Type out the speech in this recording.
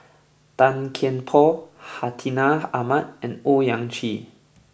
Tan Kian Por Hartinah Ahmad and Owyang Chi